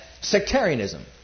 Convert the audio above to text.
Sectarianism